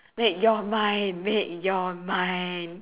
make your mind make your mind